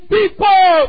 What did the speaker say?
people